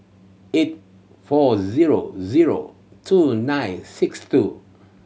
eight four zero zero two nine six two